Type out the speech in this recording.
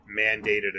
mandated